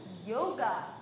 Yoga